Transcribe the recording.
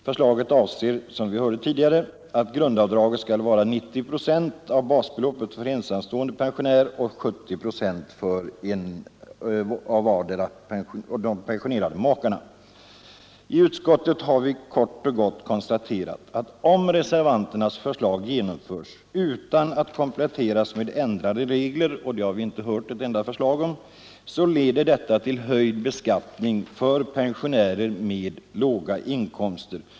Förslaget avser, som vi hörde tidigare, att grundavdraget skall vara 90 procent av basbeloppet för ensamstående pensionär och 70 procent för vardera av de pensionerade makarna. I utskottet har vi kort och gott konstaterat att om reservanternas förslag genomförs utan att kompletteras med ändrade regler — och det har vi inte hört ett enda förslag om — leder detta till höjd beskattning för pensionärer med låga inkomster.